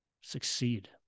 succeed